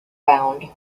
bound